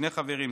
שני חברים,